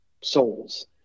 souls